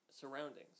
surroundings